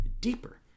deeper